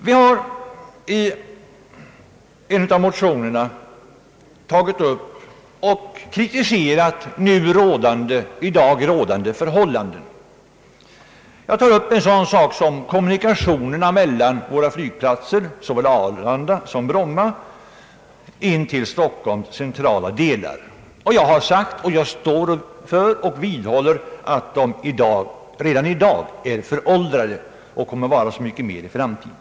Vi har i en av motionerna tagit upp och kritiserat i dag rådande förhållanden. Jag anför en sådan sak som kommunikationerna från våra flygplatser, såväl Arlanda som Bromma, in till Stockholms centrala delar. Jag har sagt och jag vidhåller att de redan i dag är föråldrade och kommer att vara det så mycket mer i framtiden.